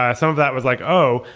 ah some of that was like, oh,